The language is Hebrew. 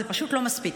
זה פשוט לא מספיק,